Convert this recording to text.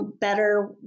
better